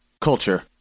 Culture